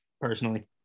personally